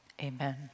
Amen